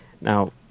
Now